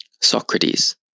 Socrates